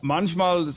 Manchmal